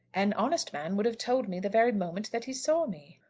an honest man would have told me the very moment that he saw me.